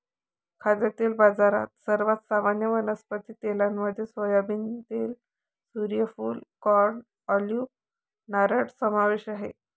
खाद्यतेल बाजारात, सर्वात सामान्य वनस्पती तेलांमध्ये सोयाबीन तेल, सूर्यफूल, कॉर्न, ऑलिव्ह, नारळ समावेश आहे